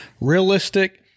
realistic